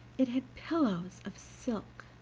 it had pillows of silk,